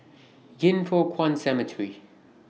Yin Foh Kuan Cemetery